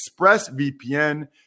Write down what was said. ExpressVPN